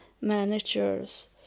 manager's